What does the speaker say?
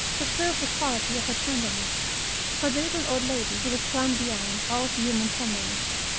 to prove the quality of her tenderness for the little old lady who was gone beyond all human tenderness.